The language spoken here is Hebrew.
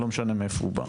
לא משנה מהיכן הוא בא.